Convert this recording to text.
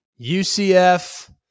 UCF